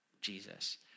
Jesus